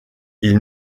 ils